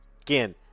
Again